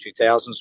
2000s